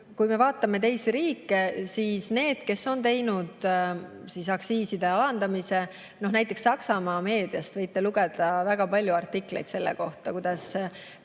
müüb. Vaatame teisi riike, kes on teinud aktsiiside alandamise. Näiteks Saksamaa meediast võite lugeda väga palju artikleid selle kohta, kuidas